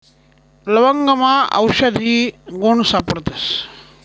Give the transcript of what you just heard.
लवंगमा आवषधी गुण सापडतस